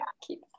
Keep